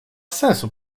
sensu